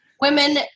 women